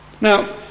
now